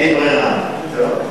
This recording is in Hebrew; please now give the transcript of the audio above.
אין ברירה, טוב.